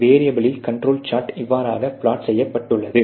வேரீயபிலில் control chart இவ்வாறாக plot செய்யப்பட்டுள்ளது